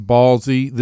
Ballsy